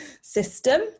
system